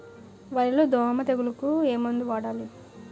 వరిలో దోమ తెగులుకు ఏమందు వాడాలి?